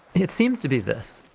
it seems to be this.